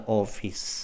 office